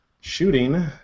shooting